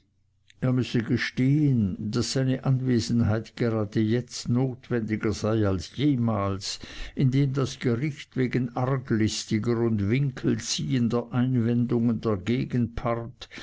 er müsse gestehen daß seine anwesenheit grade jetzt notwendiger sei als jemals indem das gericht wegen arglistiger und winkelziehender einwendungen der